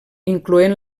incloent